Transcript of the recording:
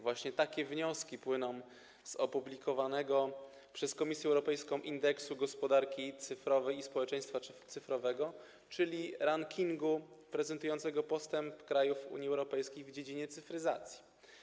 Właśnie takie wnioski płyną z opublikowanego przez Komisję Europejską indeksu gospodarki cyfrowej i społeczeństwa cyfrowego, czyli rankingu prezentującego postęp krajów Unii Europejskiej w dziedzinie cyfryzacji.